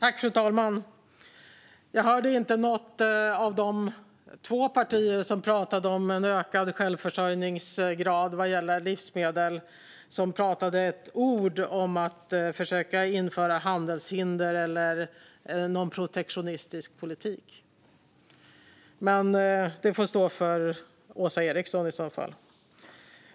Fru talman! Jag hörde inte något av de två partier som pratade om en ökad självförsörjningsgrad vad gäller livsmedel säga ett ord om att försöka införa handelshinder eller protektionistisk politik. Det får stå för Åsa Eriksson i så fall.